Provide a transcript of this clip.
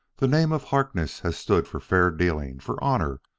the name of harkness has stood for fair-dealing, for honor,